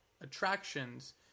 attractions